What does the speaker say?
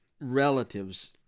relatives